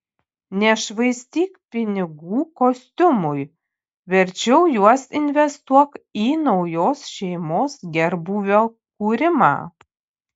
nešvaistyk pinigų kostiumui verčiau juos investuok į naujos šeimos gerbūvio kūrimą